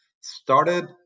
started